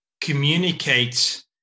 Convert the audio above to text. communicate